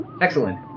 Excellent